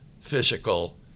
physical